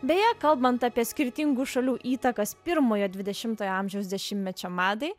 beje kalbant apie skirtingų šalių įtakas pirmojo dvidešimtojo amžiaus dešimtmečio madai